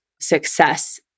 success